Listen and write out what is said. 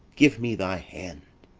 give me thy hand,